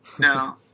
No